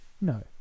No